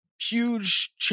huge